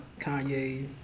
Kanye